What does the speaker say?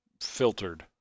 filtered